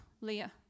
Leah